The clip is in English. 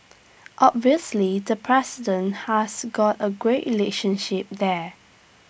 obviously the president has got A great relationship there